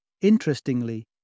Interestingly